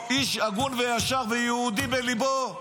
איש הגון וישר ויהודי בליבו,